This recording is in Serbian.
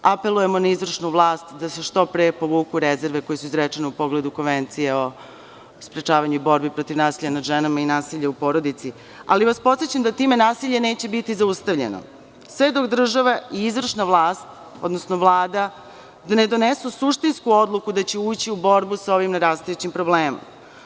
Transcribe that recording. Apelujemo na izvršnu vlast da se što pre povuku rezerve koje su izrečene u pogledu Konvencije o sprečavanju i borbi protiv nasilja nad ženama i nasilja u porodici ali vas podsećam da time nasilje neće biti zaustavljeno sve dok država i izvršna vlast, odnosno Vlada ne donesu suštinsku odluku da će ući u borbu sa ovim narastajućim problemima.